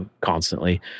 constantly